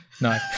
no